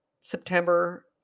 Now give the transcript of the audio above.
September